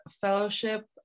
fellowship